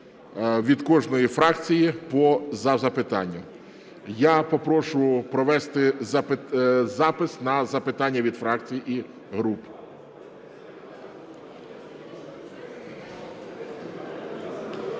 від кожної фракції по запитанню. Я попрошу провести запис на запитання від фракцій і груп.